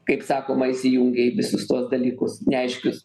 kaip sakoma įsijungė į visus tuos dalykus neaiškius